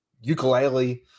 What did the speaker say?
Ukulele